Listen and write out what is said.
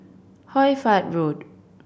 Hoy Fatt Road